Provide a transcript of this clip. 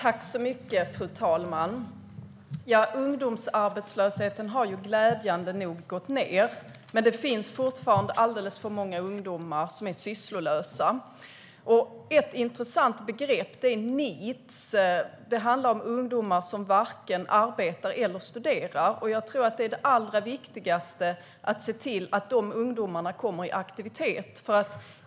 Fru talman! Ungdomsarbetslösheten har glädjande nog minskat, men det finns fortfarande alldeles för många ungdomar som är sysslolösa. Ett intressant begrepp är NEET. Det handlar om ungdomar som varken arbetar eller studerar. Jag tror att det allra viktigaste är att se till att dessa ungdomar kommer i aktivitet.